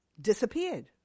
disappeared